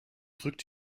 rückt